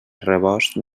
rebost